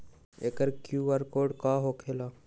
एकर QR code का होकेला?